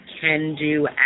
can-do